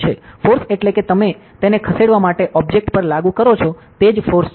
force અટલે કે તમે તેને ખસેડવા માટે ઓબજેક્ટ પર લાગુ કરો છો તે જ ફોર્સ છે